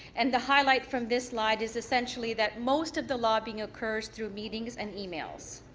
and the highlight from this slide is essentially that most of the lobbying occurs through meetings and emails.